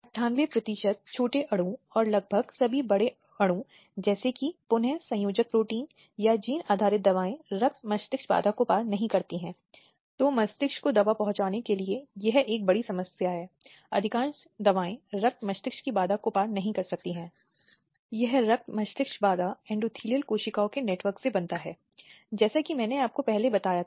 अब यौन उत्पीड़न के अपराध अनिवार्य रूप से उन स्थितियों का ध्यान रखना चाहते हैं जिन्हें हमने पिछले व्याख्यान में 2013 के यौन उत्पीड़न अधिनियम के तहत कवर किए जाने के रूप में देखा है